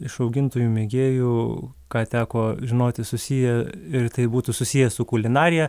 iš augintojų mėgėjų ką teko žinoti susiję ir tai būtų susiję su kulinarija